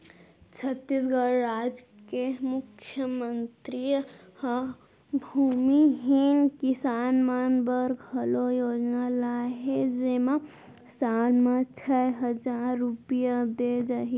छत्तीसगढ़ राज के मुख्यमंतरी ह भूमिहीन किसान मन बर घलौ योजना लाए हे जेमा साल म छै हजार रूपिया दिये जाही